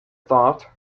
thought